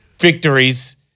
victories